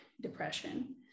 depression